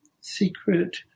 secret